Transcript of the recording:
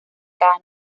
cada